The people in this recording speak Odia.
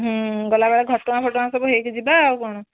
ହୁଁ ଗଲାବେଳେ ଘଟଗାଁଫଟଗାଁ ସବୁ ହେଇକି ଯିବା ଆଉ କଣ